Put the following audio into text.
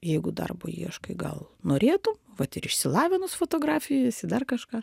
jeigu darbo ieškai gal norėtum vat ir išsilavinus fotografijoj esi dar kažką